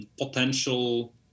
potential